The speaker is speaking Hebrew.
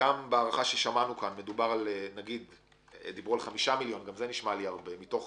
בהערכה ששמענו כאן של 5 מיליון גם נשמע לי הרבה מתוך